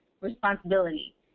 responsibility